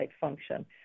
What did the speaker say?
function